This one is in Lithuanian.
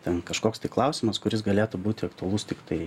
ten kažkoks tai klausimas kuris galėtų būti aktualus tiktai